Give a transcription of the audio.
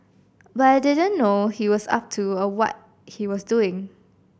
but I didn't know he was up to or what he was doing